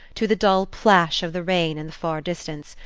to the dull plash of the rain in the far distance,